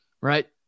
Right